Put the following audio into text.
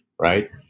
Right